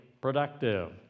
productive